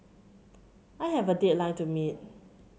I have a deadline to meet